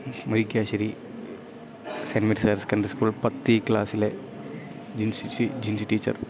Murickassery saint Mary's higher secondary school പത്ത് E ക്ലാസിലെ ജിൻസി ജി ജിൻസി ടീച്ചർ